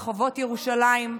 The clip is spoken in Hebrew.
רחובות ירושלים,